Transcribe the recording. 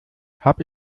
habe